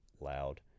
loud